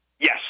Yes